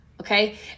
okay